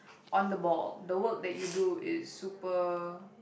on the ball the work that you do is super